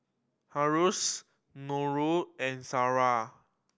Harris Nurul and Sarah